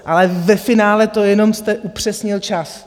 Ale ve finále to jenom jste upřesnil čas.